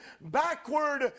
Backward